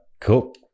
Cool